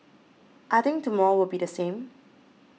I think tomorrow will be the same